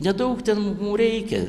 nedaug ten mu reikia